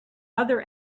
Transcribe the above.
other